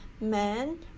man